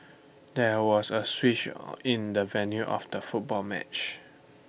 there was A switch in the venue of the football match